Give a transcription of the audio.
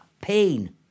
pain